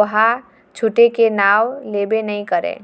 ओहा छूटे के नांव लेबे नइ करय